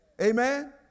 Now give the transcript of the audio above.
Amen